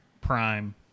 prime